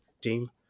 team